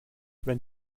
wenn